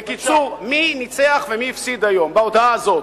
בקיצור, מי ניצח ומי הפסיד היום בהודעה הזאת?